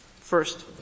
First